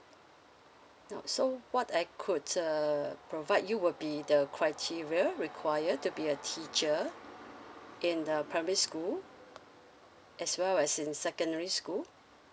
now so what I could err provide you will be the criteria required to be a teacher in the primary school as well as in secondary school